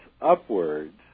upwards